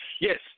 Yes